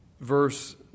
verse